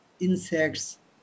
insects